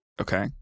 Okay